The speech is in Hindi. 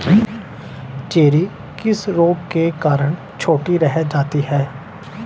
चेरी किस रोग के कारण छोटी रह जाती है?